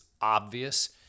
obvious